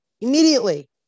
immediately